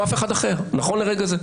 לא אף אחד אחר נכון לרגע זה,